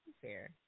fair